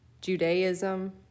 Judaism